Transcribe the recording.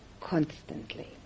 constantly